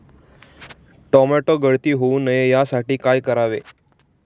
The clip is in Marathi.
टोमॅटो गळती होऊ नये यासाठी काय करावे?